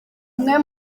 umwe